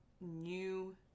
new